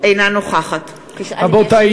אינה נוכחת רבותי,